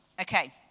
okay